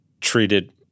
treated